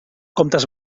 comptes